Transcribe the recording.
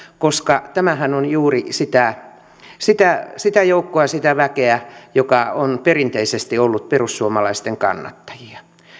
koska tämähän on juuri sitä sitä joukkoa sitä väkeä joka on perinteisesti ollut perussuomalaisten kannattajia